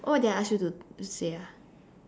what did I ask you to to say ah